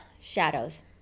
shadows